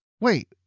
Wait